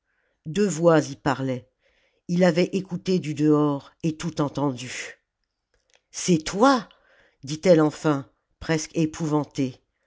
deux voix y parlaient ii avait écouté du dehors et tout entendu c'est toi dit-elle enfin presque épouvantée